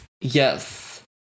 Yes